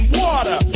water